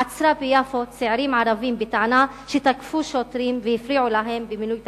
עצרה ביפו צעירים ערבים בטענה שתקפו שוטרים והפריעו להם במילוי תפקידם.